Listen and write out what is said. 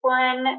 one